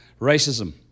racism